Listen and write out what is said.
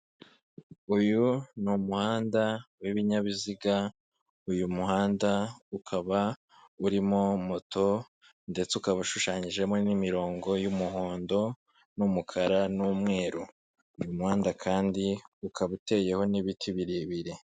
Uyu ni umuhanda w'ibinyabiziga, uyu muhanda ukaba urimo moto ndetse ukaba ushushanyijemo n'imirongo y'umuhondo n'umukara n'umweru. Uyu muhanda kandi ukaba uteyeho n'ibiti birebire.